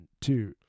two